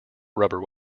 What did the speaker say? rubber